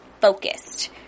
focused